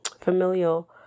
familial